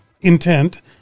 intent